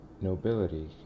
nobility